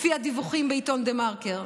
לפי הדיווחים בעיתון דה-מרקר,